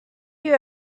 you